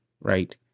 right